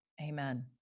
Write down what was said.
amen